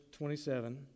27